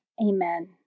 Amen